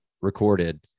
recorded